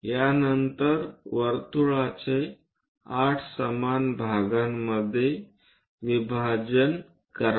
यानंतर वर्तुळाचे 8 समान भागांमध्ये विभाजन करा